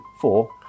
four